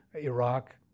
Iraq